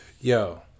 Yo